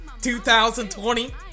2020